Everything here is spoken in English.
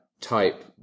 type